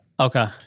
Okay